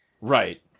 Right